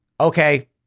okay